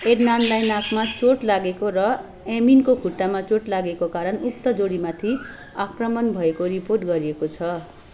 एड्नानलाई नाकमा चोट लागेको र एमिनको खुट्टामा चोट लागेको कारण उक्त जोडीमाथि आक्रमण भएको रिपोर्ट गरिएको छ